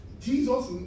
Jesus